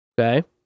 okay